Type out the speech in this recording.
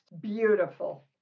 beautiful